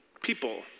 people